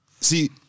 See